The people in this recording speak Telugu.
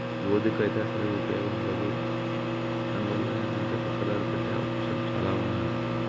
యువతికి అయితే అసలే ఉపయోగం ఉండదు అందువల్ల ఏంటంటే పక్కదారి పెట్టే అవకాశం చాలా ఉంది